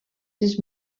sis